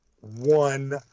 one